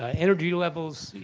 ah energy levels,